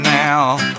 now